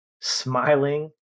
smiling